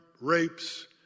rapes